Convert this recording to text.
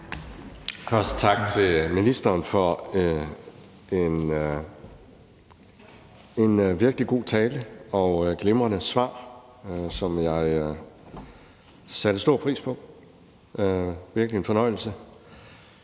jeg sige tak til ministeren for en virkelig god tale og nogle glimrende svar, som jeg satte stor pris på. Det var virkelig en fornøjelse.